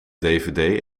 dvd